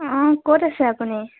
অঁ ক'ত আছে আপুনি